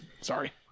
sorry